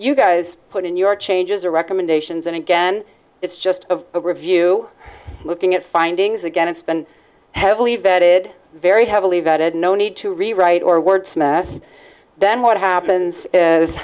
you guys put in your changes are recommendations and again it's just a review looking at findings again it's been heavily vetted very heavily vetted no need to rewrite or wordsmith then what happens is